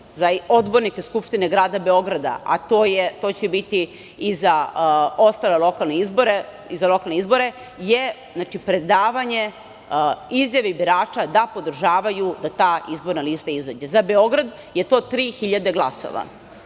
za odbornike Skupštine grada Beograda, a to će biti i za ostale lokalne izbore, je predavanje izjava birača da podržavaju da ta izborna lista izađe. Za Beograd je to 3.000 glasova,